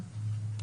כן.